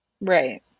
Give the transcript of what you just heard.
Right